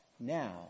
now